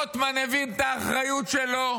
רוטמן הבין את האחריות שלו.